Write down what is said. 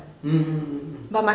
mm mm mm mm